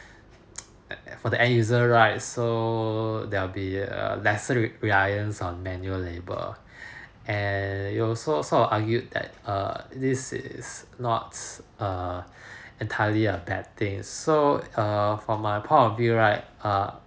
at at for the end-user right so there will be err less reliance on manual labour and you also sort of argue that err this is not err entirely a bad thing so uh for my part of view right err